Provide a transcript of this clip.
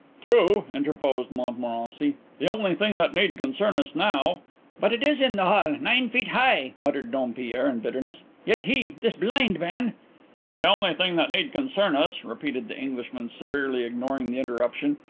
true, interposed montmorency. the only thing that need concern us now but it is in the hall nine feet high, muttered dompierre in bitterness. yet he, this blind man the only thing that need concern us, repeated the englishman, severely ignoring the interruption,